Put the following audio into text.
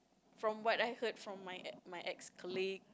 from what I heard from my ex my ex colleague